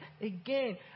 again